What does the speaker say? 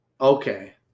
Okay